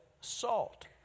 salt